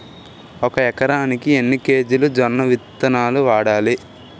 ఒక ఎకరానికి ఎన్ని కేజీలు జొన్నవిత్తనాలు వాడాలి?